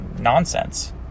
nonsense